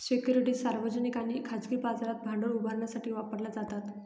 securities सार्वजनिक आणि खाजगी बाजारात भांडवल उभारण्यासाठी वापरल्या जातात